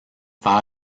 fer